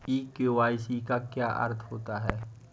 ई KYC का क्या अर्थ होता है?